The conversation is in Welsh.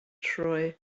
trwy